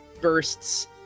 bursts